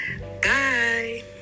bye